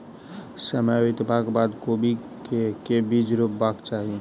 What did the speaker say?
समय बितबाक बाद कोबी केँ के बीज रोपबाक चाहि?